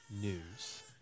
news